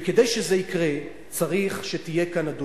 וכדי שזה יקרה צריך שתהיה כאן, אדוני,